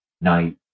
Night